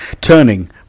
Turning